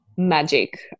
magic